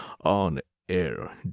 on-air